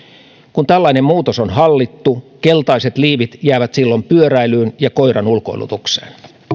kun tällainen muutos on hallittu keltaiset liivit jäävät silloin pyöräilyyn ja koiran ulkoilutukseen